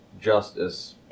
justice